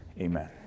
Amen